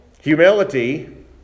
Humility